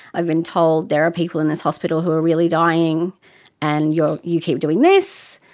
i've been told there are people in this hospital who are really dying and you you keep doing this.